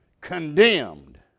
condemned